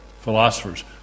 philosophers